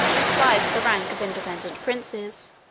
aspired to the rank of independent princes,